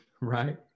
right